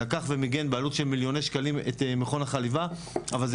לקח ומיגן בעלות של מיליוני שקלים את מכון החליבה אבל זה